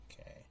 Okay